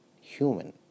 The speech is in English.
human